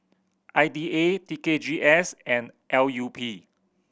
I D A T K G S and L U P